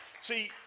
See